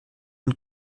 und